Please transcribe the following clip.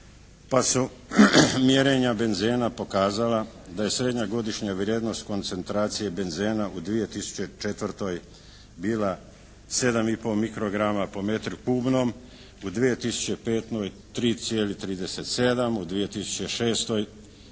pa su mjerenja benzena pokazala da je srednja godišnja vrijednost koncentracije benzena u 2004. bila 7 i pol mikrograma po metru kubnom, u 2005. 3,37 u 2006.